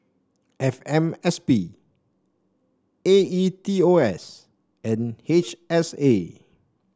F M S P A E T O S and H S A